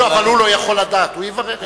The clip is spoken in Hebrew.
אבל הוא לא יכול לדעת, הוא יברר את זה.